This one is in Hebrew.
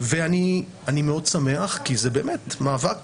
אני מאוד שמח כי זה באמת מאבק